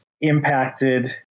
impacted